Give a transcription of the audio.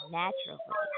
naturally